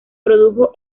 produjo